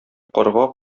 карга